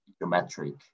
geometric